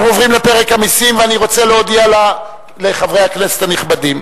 אנחנו עוברים לפרק המסים ואני רוצה להודיע לחברי הכנסת הנכבדים.